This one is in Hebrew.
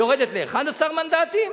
יורדת ל-11 מנדטים,